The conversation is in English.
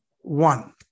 one